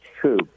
true